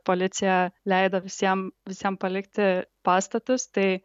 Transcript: policija leido visiem visiem palikti pastatus tai